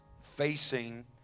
Facing